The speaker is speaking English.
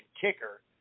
kicker